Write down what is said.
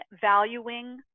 valuing